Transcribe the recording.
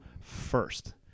first